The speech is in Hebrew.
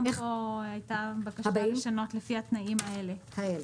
גם פה הייתה בקשה לשנות "לפי התנאים האלה".